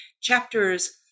chapters